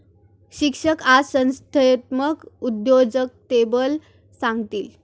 शिक्षक आज संस्थात्मक उद्योजकतेबद्दल सांगतील